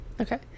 Okay